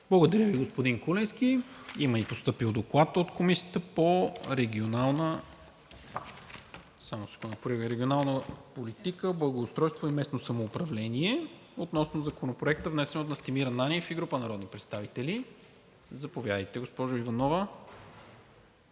Благодаря Ви, господин Куленски. Има и постъпил Доклад от Комисията по регионална политика, благоустройство и местно самоуправление относно Законопроекта, внесен от Настимир Ананиев и група народни представители. Заповядайте, госпожо Иванова.